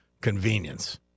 convenience